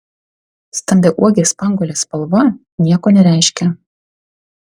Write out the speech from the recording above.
stambiauogės spanguolės spalva nieko nereiškia